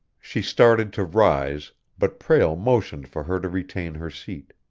she started to rise, but prale motioned for her to retain her seat.